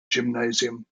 gymnasium